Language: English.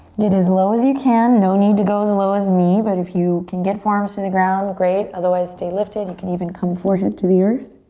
get as low as you can. no need to go as low as me, but if you can get forearms to the ground, great. otherwise stay lifted. you can even come forehead to the earth.